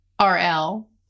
RL